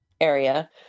area